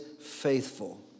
faithful